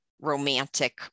romantic